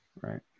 right